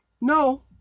No